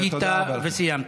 מחית וסיימת.